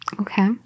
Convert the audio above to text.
Okay